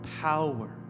Power